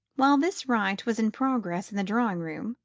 while this rite was in progress in the drawing-room,